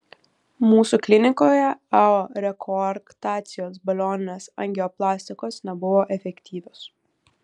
mūsų klinikoje ao rekoarktacijos balioninės angioplastikos nebuvo efektyvios